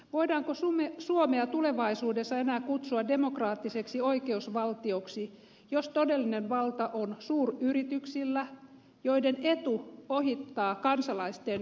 voidaanko suomea tulevaisuudessa enää kutsua demokraattiseksi oikeusvaltioksi jos todellinen valta on suuryrityksillä joiden etu ohittaa kansalaisten perusoikeudet